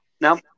now